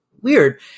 weird